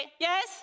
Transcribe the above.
Yes